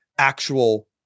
actual